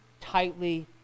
tightly